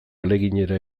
ahaleginera